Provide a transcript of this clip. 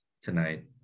tonight